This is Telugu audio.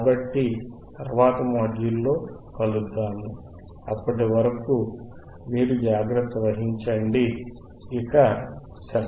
కాబట్టి తరువాతి మాడ్యూల్లో కలుద్దాము అప్పటి వరకు మీరు జాగ్రత్త వహించండి ఇక శెలవు